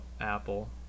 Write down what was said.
Apple